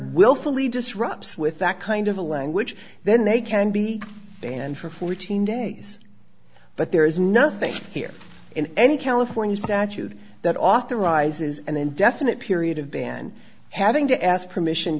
willfully disrupts with that kind of a language then they can be banned for fourteen days but there is nothing here in any california statute that authorizes an indefinite period of banned having to ask permission